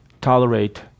tolerate